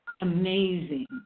amazing